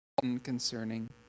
concerning